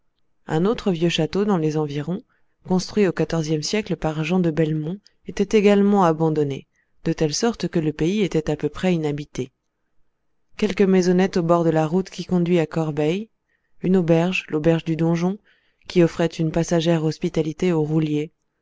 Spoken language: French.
un autre vieux château dans les environs construit au xive siècle par jean de belmont était également abandonné de telle sorte que le pays était à peu près inhabité quelques maisonnettes au bord de la route qui conduit à corbeil une auberge l'auberge du donjon qui offrait une passagère hospitalité aux rouliers